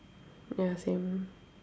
ya same